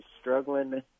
struggling